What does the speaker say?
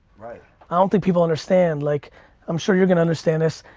right. i don't think people understand. like i'm sure you're gonna understand this,